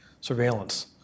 surveillance